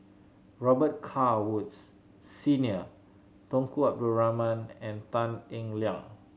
Robet Carr Woods Senior Tunku Abdul Rahman and Tan Eng Liang